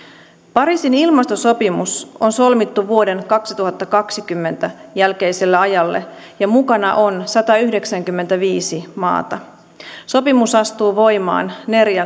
pariisin ilmastosopimus on solmittu vuoden kaksituhattakaksikymmentä jälkeiselle ajalle ja mukana on satayhdeksänkymmentäviisi maata sopimus astuu voimaan